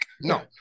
No